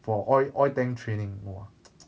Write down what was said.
for oil oil tank training !wah!